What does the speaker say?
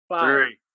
Three